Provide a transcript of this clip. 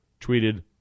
tweeted